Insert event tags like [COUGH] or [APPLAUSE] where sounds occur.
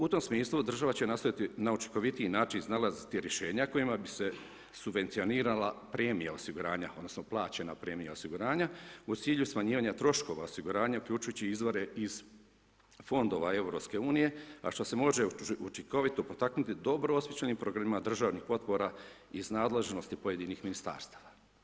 U tom smislu, država će nastojati na učinkovitiji način iznalaziti rješenja, kojima bi se subvencionirala premija osiguranja, odnosno, plaćanja premija osiguranja, u cilju smanjivanja troškova osiguranja, uključujući izvore iz fondova EU, a što se može učinkovito potaknuti dobro … [UNINTELLIGIBLE] državnih potpora iz nadležnih pojedinih ministarstava.